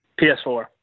PS4